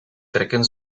trekken